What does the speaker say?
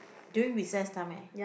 during recess time eh